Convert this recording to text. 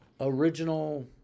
original